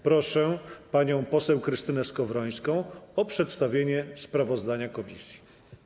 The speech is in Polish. Proszę panią poseł Krystynę Skowrońską o przedstawienie sprawozdania komisji.